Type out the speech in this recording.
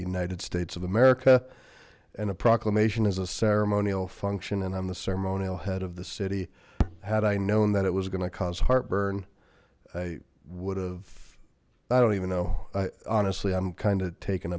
united states of america and a proclamation is a ceremonial function and i'm the ceremonial head of the city had i known that it was going to cause heartburn i would have i don't even know i honestly i'm kind of taken